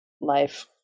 life